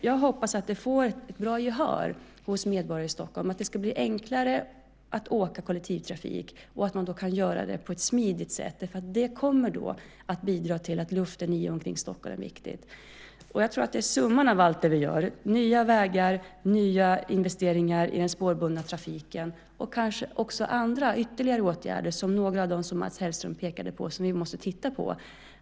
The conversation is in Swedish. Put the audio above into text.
Jag hoppas att det får ett bra gehör hos medborgarna i Stockholm, att det ska bli enklare och smidigare att åka kollektivt. Det kommer att bidra till att luften i och omkring Stockholm blir bättre. Jag tror att det är summan av allt det vi gör - nya vägar, nya investeringar i den spårbundna trafiken och kanske ytterligare åtgärder, som några av de som Mats Hellström pekade på - som vi måste titta på.